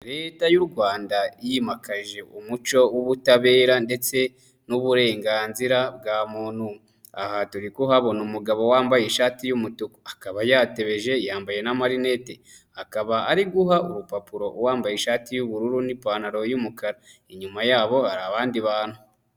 Leta y'u Rwanda yimakaje umuco w'ubutabera ndetse n'uburenganzira bwa muntu. Aha turi kuhabona umugabo wambaye ishati y'umutuku akaba yatebeje, yambaye n'amarineti, akaba ari guha urupapuro uwambaye ishati y'ubururu n'ipantaro y'umukara, inyuma yabo hari abandi bantu.